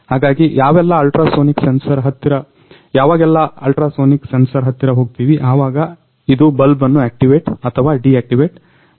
ಹಾಗಾಗಿ ಯಾವಾಗೆಲ್ಲ ultrasonic sensor ಹತ್ತಿರ ಹೋಗ್ತೀವಿ ಆವಾಗ ಇದು ಬಲ್ಬ್ ಅನ್ನ ಯಾಕ್ಟಿವೇಟ್ ಆಥವಾ ಡಿಯಾಕ್ಟಿವೇಟ್ ಮಾಡುತ್ತದೆ